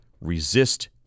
resist